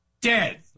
Dead